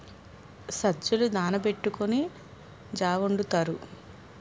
సజ్జలు నానబెట్టుకొని జా వొండుతారు